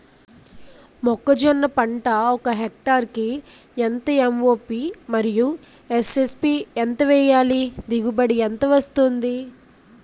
మొక్కజొన్న పంట ఒక హెక్టార్ కి ఎంత ఎం.ఓ.పి మరియు ఎస్.ఎస్.పి ఎంత వేయాలి? దిగుబడి ఎంత వస్తుంది?